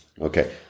Okay